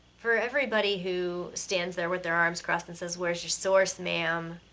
for everybody who stands there with their arms crossed and says where's your source, ma'am?